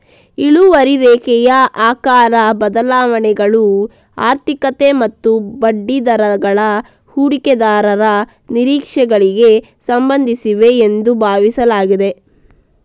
ಇಳುವರಿ ರೇಖೆಯ ಆಕಾರ ಬದಲಾವಣೆಗಳು ಆರ್ಥಿಕತೆ ಮತ್ತು ಬಡ್ಡಿದರಗಳ ಹೂಡಿಕೆದಾರರ ನಿರೀಕ್ಷೆಗಳಿಗೆ ಸಂಬಂಧಿಸಿವೆ ಎಂದು ಭಾವಿಸಲಾಗಿದೆ